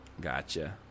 Gotcha